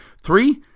Three